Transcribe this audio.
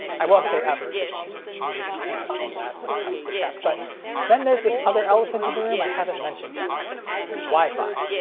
i won't say ever, cause you just can't do that when it comes to tech, but then there's this other elephant in the room i haven't mentioned yet wifi.